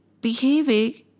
behaving